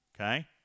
okay